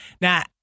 now